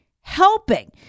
helping